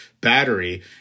battery